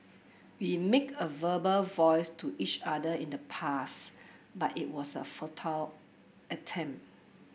we make a verbal vows to each other in the pass but it was a futile attempt